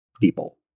people